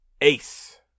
ace